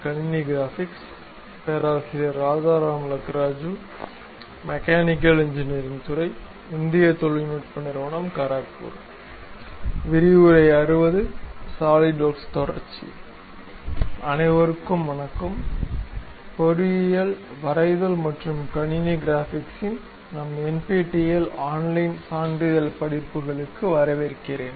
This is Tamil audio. சாலிட்வொர்க்ஸ் தொடர்சி அனைவருக்கும் வணக்கம் பொறியியல் வரைதல் மற்றும் கணினி கிராபிக்ஸின் நம் NPTEL ஆன்லைன் சான்றிதழ் படிப்புகளுக்கு வரவேற்கிறேன்